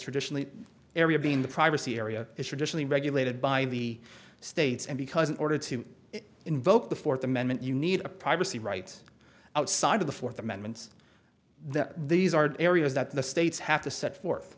traditionally area being the privacy area is traditionally regulated by the states and because in order to invoke the fourth amendment you need a privacy rights outside of the fourth amendment that these are areas that the states have to set forth